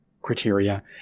criteria